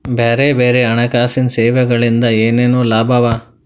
ಬ್ಯಾರೆ ಬ್ಯಾರೆ ಹಣ್ಕಾಸಿನ್ ಸೆವೆಗೊಳಿಂದಾ ಏನೇನ್ ಲಾಭವ?